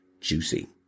Juicy